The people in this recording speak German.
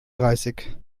dreißig